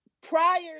prior